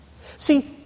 See